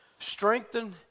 strengthen